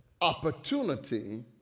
opportunity